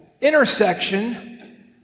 intersection